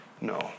No